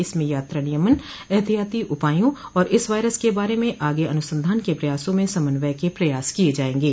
इसमें यात्रा नियमन एहतियाती उपायों और इस वायरस के बारे में आगे अनुसंधान के प्रयासों में समन्वय के प्रयास किये जाएंगे